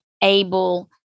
able